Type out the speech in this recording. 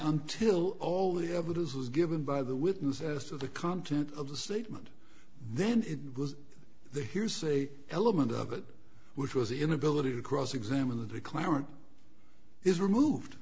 until all the evidence was given by the witness as to the content of the statement then it was the hearsay element of it which was the inability to cross examine the declarant is removed